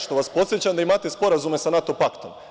Što vas podsećam da imate sporazume sa NATO paktom?